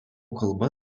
kalba